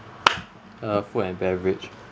uh food and beverage